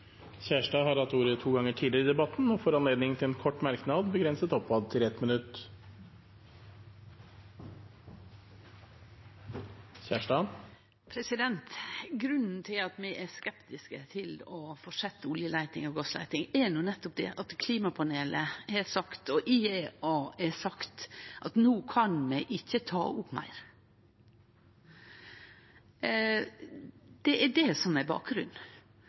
har hatt ordet to ganger tidligere i debatten og får ordet til en kort merknad, begrenset til 1 minutt. Grunnen til at vi er skeptiske til å fortsetje olje- og gassleiting, er nettopp det at Klimapanelet og IEA har sagt at no kan vi ikkje ta opp meir. Det er det som er bakgrunnen.